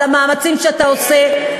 על המאמצים שאתה עושה,